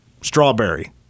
strawberry